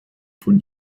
von